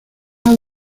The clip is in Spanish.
hay